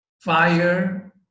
fire